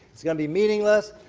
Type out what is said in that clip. it's going to be meaningless.